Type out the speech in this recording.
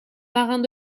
marins